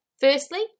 Firstly